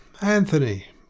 Anthony